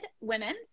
women